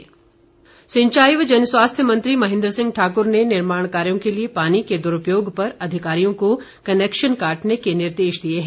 सिंचाई मंत्री सिंचाई व जनस्वास्थ्य मंत्री महेंद्र सिंह ठाकुर ने निर्माण कार्यो के लिए पानी के दुरूपयोग पर अधिकारियों को कनैक्शन काटने के निर्देश दिए है